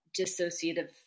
dissociative